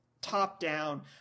top-down